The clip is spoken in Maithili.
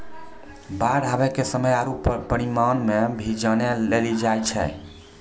बाढ़ आवे के समय आरु परिमाण भी जाने लेली चाहेय छैय?